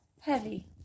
heavy